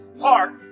heart